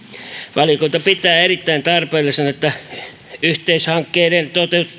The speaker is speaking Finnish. valiokunta pitää erittäin tarpeellisena että yhteishankkeiden